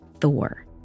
Thor